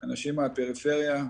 אנשים מהפריפריה,